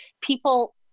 people